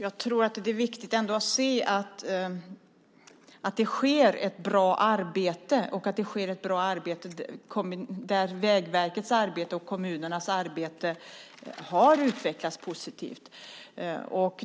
Herr talman! Jag tror att det är viktigt att ändå se att det sker ett bra arbete, att Vägverkets och kommunernas arbete har utvecklats positivt.